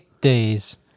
days